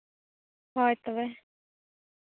ᱦᱳᱭ ᱛᱚᱵᱮ